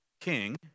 king